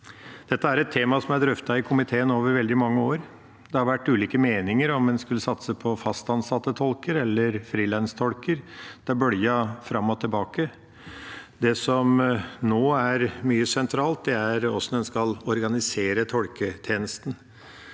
Dette er et tema som er drøftet i komiteen over veldig mange år. Det har vært ulike meninger om en skulle satse på fast ansatte tolker eller frilanstolker. Det har bølget fram og tilbake. Det som nå er veldig sentralt, er hvordan en skal organisere tolketjenesten.